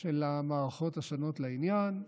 של המערכות השונות לעניין.